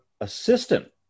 assistant